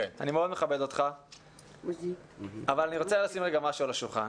אני מאוד מכבד אותך אבל אני רוצה לשים משהו על השולחן.